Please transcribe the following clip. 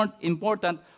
important